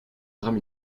drame